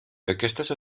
aquestes